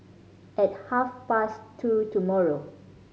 at half past two tomorrow